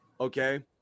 okay